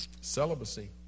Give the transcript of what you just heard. celibacy